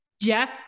Jeff